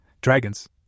Dragons